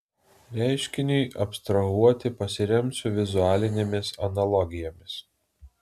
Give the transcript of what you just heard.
reiškiniui abstrahuoti pasiremsiu vizualinėmis analogijomis